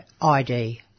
ID